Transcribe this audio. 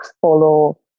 follow